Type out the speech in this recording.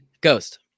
Ghost